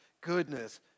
goodness